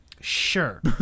Sure